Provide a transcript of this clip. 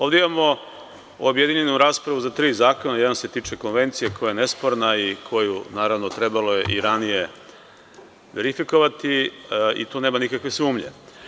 Ovde imamo objedinjenu raspravu za tri zakona, a jedan se tiče konvencije koja je nesporna i koju je trebalo i ranije verifikovati i tu nema nikakve sumnje.